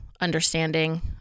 understanding